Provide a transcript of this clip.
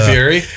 Fury